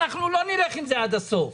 אנחנו לא נלך עם זה עד הסוף.